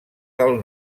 del